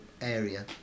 area